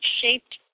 shaped